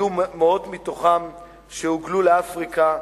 מאות מתוכם הוגלו לאפריקה.